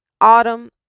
autumn